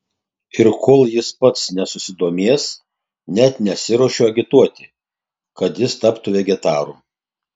ir kol jis pats nesusidomės net nesiruošiu agituoti kad jis taptų vegetaru